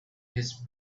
his